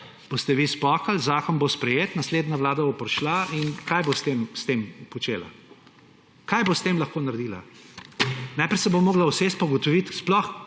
boste vi spokali, zakon bo sprejet, naslednja vlada bo prišla. In kaj bo s tem počela? Kaj bo s tem lahko naredila? Naprej se bo morala usesti pa ugotoviti, kaj